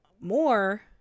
more